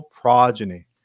progeny